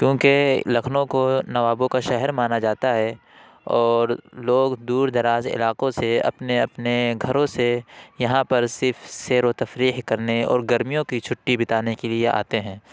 کیونکہ لکھنؤ کو نوابوں کا شہر مانا جاتا ہے اور لوگ دور دراز علاقوں سے اپنے اپنے گھروں سے یہاں پر صرف سیر و تفریح کرنے اور گرمیوں کی چھٹی بتانے کے لیے آتے ہیں